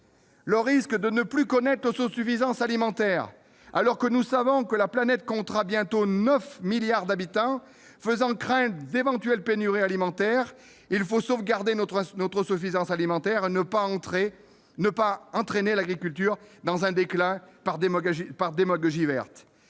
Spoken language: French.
enfin de ne plus connaître l'autosuffisance alimentaire, alors que nous savons que la planète comptera bientôt 9 milliards d'habitants, ce qui fait craindre d'éventuelles pénuries alimentaires. Il faut sauvegarder notre autosuffisance alimentaire et refuser d'entraîner, par démagogie verte,